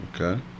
okay